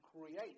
create